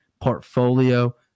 portfolio